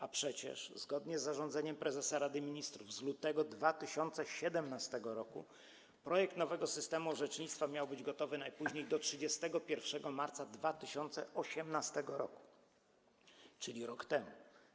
A przecież zgodnie z zarządzeniem prezesa Rady Ministrów z lutego 2017 r. projekt nowego systemu orzecznictwa miał być gotowy najpóźniej do 31 marca 2018 r., czyli rok temu.